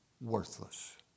worthless